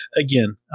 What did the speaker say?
again